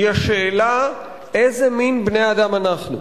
היא השאלה איזה מין בני-אדם אנחנו.